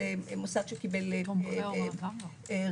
מוסד שקיבל רשיון,